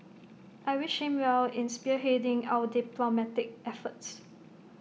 I wish him well in spearheading our diplomatic efforts